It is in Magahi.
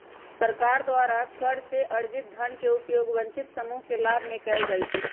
सरकार द्वारा कर से अरजित धन के उपयोग वंचित समूह के लाभ में कयल जाईत् हइ